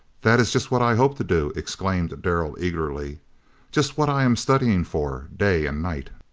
that is just what i hope to do! exclaimed darrell eagerly just what i am studying for day and night!